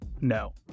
no